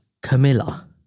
Camilla